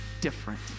different